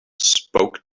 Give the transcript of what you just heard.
spoke